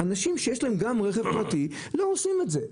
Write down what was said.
אנשים שיש להם גם רכב פרטי לא עושים את זה.